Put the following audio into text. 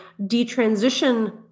detransition